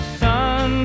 sun